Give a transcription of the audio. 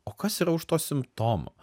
o kas yra už to simptomo